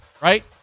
right